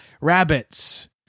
rabbits